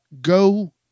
Go